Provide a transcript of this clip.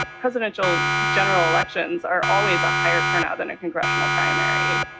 presidential general elections are always a higher turnout than a congressional primary.